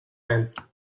and